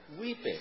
weeping